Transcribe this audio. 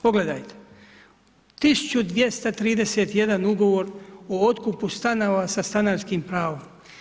Pogledajte, 1231 ugovor o otkupu stanova sa stanarskim pravom.